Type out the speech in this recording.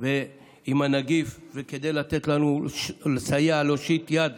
עם הנגיף, וכדי לסייע, להושיט יד